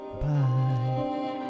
Bye